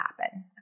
happen